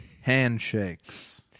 Handshakes